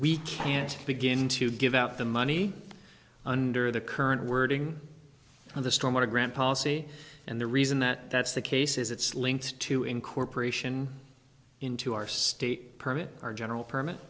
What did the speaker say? we can't begin to give out the money under the current wording of the stormwater grant policy and the reason that that's the case is it's linked to incorporation into our state permit our general